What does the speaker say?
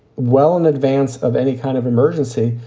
well, in advance of any kind of emergency.